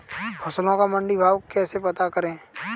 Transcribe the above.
फसलों का मंडी भाव कैसे पता करें?